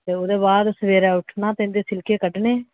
ते उदे बाद सवेरै उट्ठना ते इं'दे शिलके कड्ढने